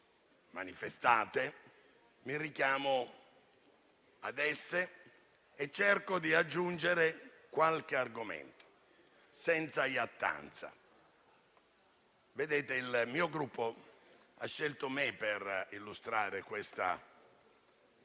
manifestate; mi richiamo ad esse e cerco di aggiungere qualche argomento, senza iattanza. Il mio Gruppo ha scelto me per illustrare questa